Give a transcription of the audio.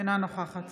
אינה נוכחת